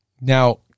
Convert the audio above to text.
Now